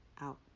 out